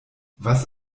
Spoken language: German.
was